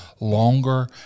longer